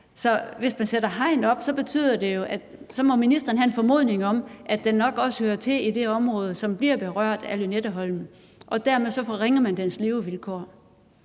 så hvis man sætter hegn op, betyder det jo, at ministeren må have en formodning om, at den nok også hører til i det område, som bliver berørt af Lynetteholm, og dermed forringer man dens levevilkår.